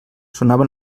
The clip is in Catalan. sonava